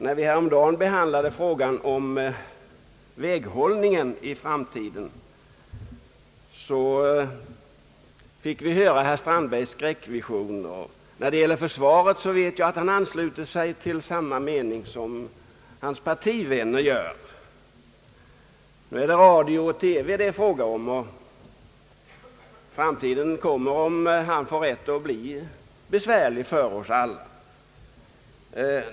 När vi häromdagen behandlade frågan om anslag till väghållningen i framtiden, fick vi höra herr Strandbergs skräckvisioner. Då det gäller försvaret vet jag att han ansluter sig till sina partivänners mening. Nu är det radio och TV frågan gäller, och framtiden kommer, om herr Strandberg får rätt, att bli besvärlig för oss alla.